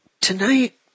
tonight